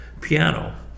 piano